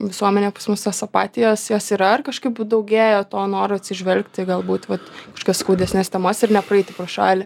visuomenė pas mus tos apatijos jos yra ar kažkaip daugėja to noro atsižvelgti galbūt vat kažkokias skaudesnes temas ir nepraeiti pro šalį